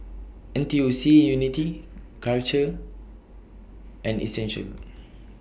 N T U C Unity Karcher and Essential